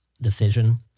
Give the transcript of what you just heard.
decision